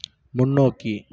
முன்னோக்கி